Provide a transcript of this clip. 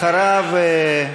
אחריו,